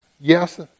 Yes